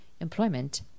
employment